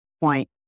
point